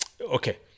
okay